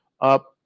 up